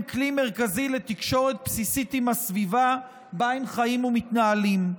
כלי מרכזי לתקשורת בסיסית עם הסביבה שבה הם חיים ומתנהלים.